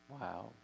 Wow